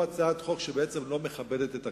בעצם זו הצעת חוק שלא מכבדת את הכנסת,